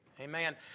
Amen